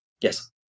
Yes